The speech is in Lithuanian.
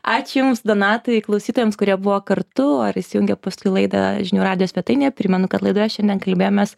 ačiū jums donatai klausytojams kurie buvo kartu ar įsijungę paskui laidą žinių radijo svetainėje primenu kad laidoje šiandien kalbėjomės